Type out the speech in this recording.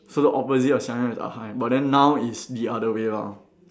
so the opposite of Seng Yang is Ah Hai but now is the other way round